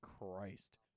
Christ